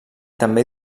també